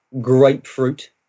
grapefruit